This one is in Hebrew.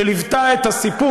שליוותה את הסיפור